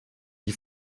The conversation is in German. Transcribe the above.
die